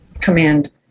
command